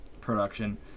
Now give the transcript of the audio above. production